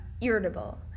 irritable